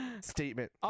statement